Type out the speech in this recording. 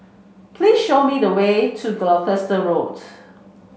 please show me the way to Gloucester Road